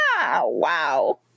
Wow